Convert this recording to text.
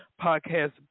podcast